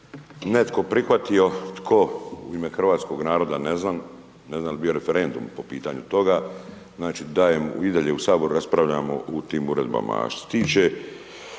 netko prihvatio tko u ime hrvatskoga naroda ne znam, ne znam jel bio referendum po pitanju toga, znači da je i dalje u saboru raspravljamo u tim uredbama. A što se tiče